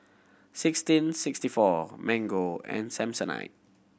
Sixteen Sixty Four Mango and Samsonite